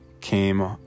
came